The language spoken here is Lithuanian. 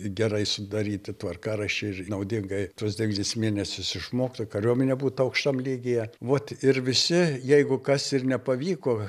gerai sudaryti tvarkaraštį ir naudingai tuos devynis mėnesius išmokti kariuomenė būtų aukštam lygyje vot ir visi jeigu kas ir nepavyko